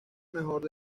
mejor